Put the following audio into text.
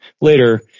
later